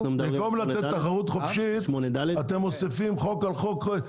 במקום לתת תחרות חופשית אתם מוסיפים חוק על חוק,